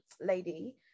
lady